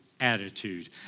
attitude